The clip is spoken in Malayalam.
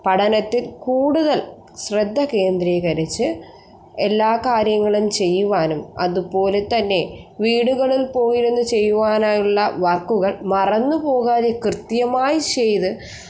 പഠനത്തിൽ കൂടുതൽ ശ്രദ്ധകേന്ദ്രീകരിച്ച് എല്ലാ കാര്യങ്ങളും ചെയ്യുവാനും അതുപോലെത്തന്നെ വീടുകളിൽ പോയിരുന്ന് ചെയ്യുവാനുള്ള വർക്കുകൾ മറന്നു പോകാതെ കൃത്യമായി ചെയ്ത്